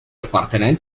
appartiene